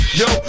yo